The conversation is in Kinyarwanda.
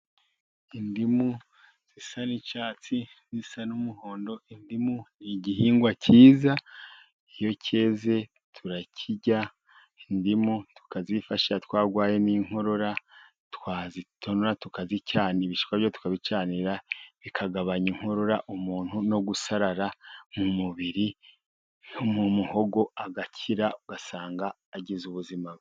Indimu zisa n'icyatsi, zisa n'umuhondo, indimu ni igihingwa cyiza, iyo cyeze turakirya ,indimu tukazifasha twarwaye n'inkorora twazitonora tukazicanira cyane, ibishwa byoyo tukabicanira bikagabanya inkorora umuntu no gusarara mu mubiri, no mu muhogo agakira ugasanga agize ubuzima bwiza.